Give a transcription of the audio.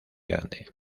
grande